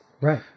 Right